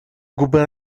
губы